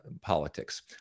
politics